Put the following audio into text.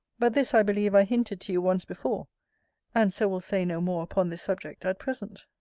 but this i believe i hinted to you once before and so will say no more upon this subject at present.